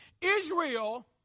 Israel